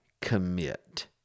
commit